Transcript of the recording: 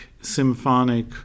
Symphonic